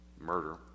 murder